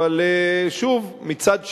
אבל שוב, מצד שני,